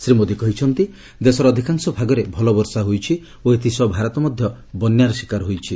ଶ୍ରୀ ମୋଦି କହିଛନ୍ତି ଦେଶର ଅଧିକାଂଶ ଭାଗରେ ଭଲ ବର୍ଷା ହୋଇଛି ଓ ଏଥିସହ ଭାରତ ମଧ୍ୟ ବନ୍ୟାର ଶିକାର ହୋଇଛି